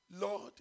Lord